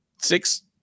six